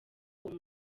uyo